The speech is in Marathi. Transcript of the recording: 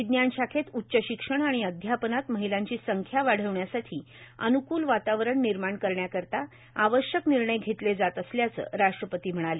विज्ञान शाखेत उच्च शिक्षण आणि अध्यापनात महिलांची संख्या वाढवण्यासाठी अन्कूल वातावरण निर्माण करण्यासाठी आवश्यक निर्णय घेतले जात असल्याचं राष्ट्रपती म्हणाले